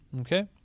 Okay